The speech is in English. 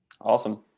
Awesome